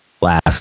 last